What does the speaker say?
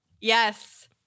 Yes